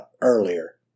earlier